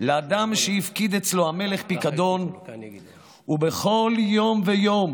לאדם שהפקיד אצלו המלך פיקדון ובכל יום ויום